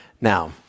Now